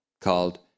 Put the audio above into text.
called